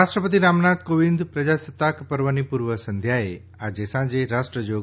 રાષ્ટ્રપતિ રામનાથ કોવિંદ પ્રજાસત્તાક પર્વની પૂર્વ સંધ્યાએ આજે સાંજે રાષ્ટ્રજોગ